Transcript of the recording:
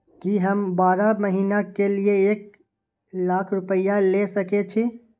की हम बारह महीना के लिए एक लाख रूपया ले सके छी?